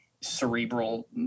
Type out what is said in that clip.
cerebral